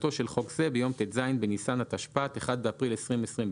תחילתו של חוק זה ביום ט״ז בניסן התשפ״ט (1 באפריל 2029)